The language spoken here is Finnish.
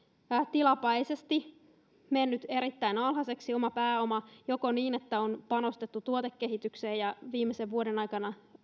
tilapäisesti mennyt erittäin alhaiseksi joko niin että on panostettu tuotekehitykseen ja viimeisen vuoden aikana